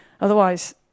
Otherwise